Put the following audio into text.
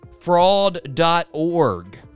fraud.org